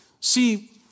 See